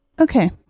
Okay